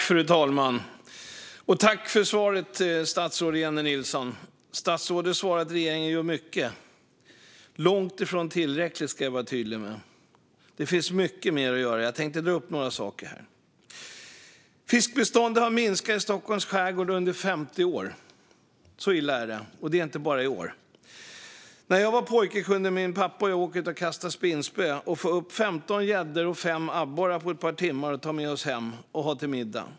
Fru talman! Tack för svaret, statsrådet Jennie Nilsson! Statsrådet svarade att regeringen gör mycket, men det är långt ifrån tillräckligt, ska jag vara tydlig med. Det finns mycket mer att göra, och jag tänker ta upp några saker här. Fiskbeståndet i Stockholms skärgård har minskat under 50 år. Så illa är det, och det är inte bara i år. När jag var pojke kunde min pappa och jag åka ut och kasta spinnspö och få upp 15 gäddor och 5 abborrar på ett par timmar att ta med oss hem till middagen.